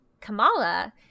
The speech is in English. Kamala